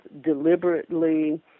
deliberately